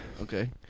Okay